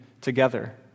together